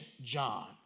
John